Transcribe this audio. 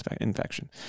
infection